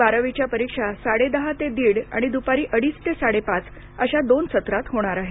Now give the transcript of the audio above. बारावीची परीक्षा साडेदहा ते दीड आणि दुपारी अडीच ते साडे पाच अश्या दोन सत्रात होणार आहे